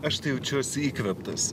aš tai jaučiuosi įkvėptas